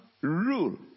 rule